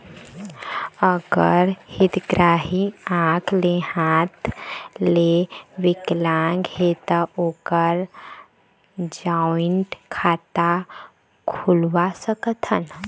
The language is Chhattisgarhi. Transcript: अगर हितग्राही आंख ले हाथ ले विकलांग हे ता ओकर जॉइंट खाता खुलवा सकथन?